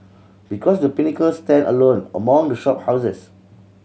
because The Pinnacle stand alone among the shop houses